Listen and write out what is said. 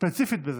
ספציפית בזה.